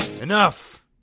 Enough